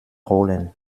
rollen